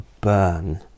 burn